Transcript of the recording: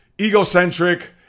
egocentric